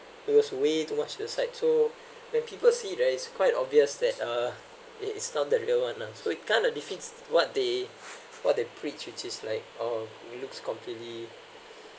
was way too much to the side so when people see right it's quite obvious that uh it it's not real one lah so it kind of defeats what they what they preach which is like orh we looks completely